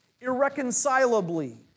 irreconcilably